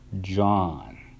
John